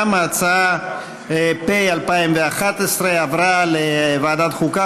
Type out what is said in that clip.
גם ההצעה פ/211/20 עברה לוועדת החוקה,